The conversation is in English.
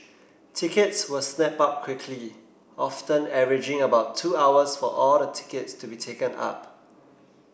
tickets were snapped up quickly often averaging about two hours for all the tickets to be taken up